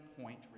Point